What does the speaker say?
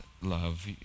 love